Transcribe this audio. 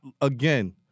again